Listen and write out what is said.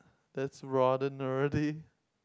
that's rather nerdy